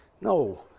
No